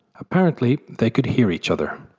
apparently they could hear each other,